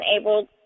able